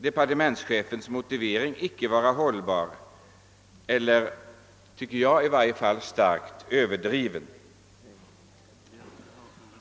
Departementschefens motivering torde därför icke vara hållbar — i varje fall är den enligt min mening starkt överdriven.